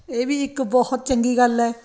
ਇਹ ਵੀ ਇੱਕ ਬਹੁਤ ਚੰਗੀ ਗੱਲ ਹੈ